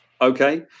Okay